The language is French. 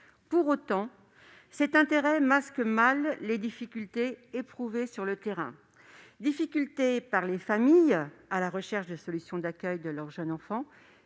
Cependant, cet intérêt masque mal les difficultés éprouvées sur le terrain, que ce soit par les familles à la recherche de solutions d'accueil pour leur jeune enfant